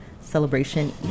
Celebration